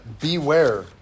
beware